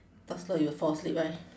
talk slow you will fall asleep right